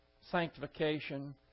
sanctification